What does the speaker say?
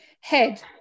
head